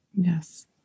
Yes